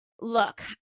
Look